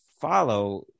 follow